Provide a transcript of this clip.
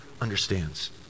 understands